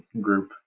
group